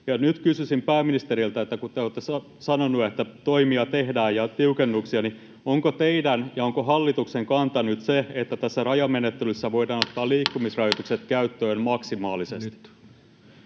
nyt kysyisin pääministeriltä: kun te olette sanonut, että tehdään toimia ja tiukennuksia, niin onko teidän ja hallituksen kanta nyt se, että tässä rajamenettelyssä voidaan ottaa liikkumisrajoitukset käyttöön maksimaalisesti?